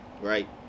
Right